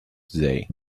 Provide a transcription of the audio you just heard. today